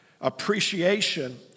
appreciation